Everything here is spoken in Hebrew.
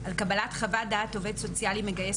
על קבלת חוות דעת של עובד סוציאלי מגייס